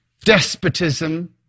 despotism